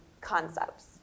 concepts